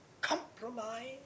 Compromise